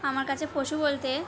আমার কাছে পশু বলতে